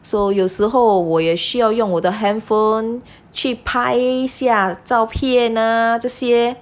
so 有时候我也需要用我的 handphone 去拍一下照片啊这些